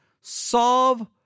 Solve